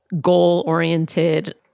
goal-oriented